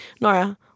Nora